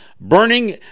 burning